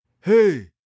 Hey